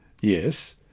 Yes